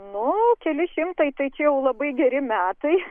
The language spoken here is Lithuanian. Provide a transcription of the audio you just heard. nu keli šimtai tai čia jau labai geri metai